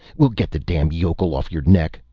we'll get the damn yokel off your neck.